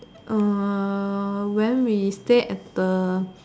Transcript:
when we stay at the